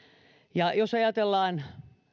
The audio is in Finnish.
ja jos ajatellaan